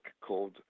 called